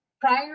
Prior